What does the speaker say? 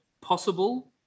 Possible